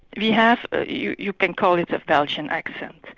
we have, you you can call it a belgian accent.